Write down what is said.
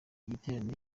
giterane